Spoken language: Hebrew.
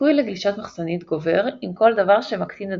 הסיכוי לגלישת מחסנית גובר עם כל דבר שמקטין את